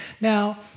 Now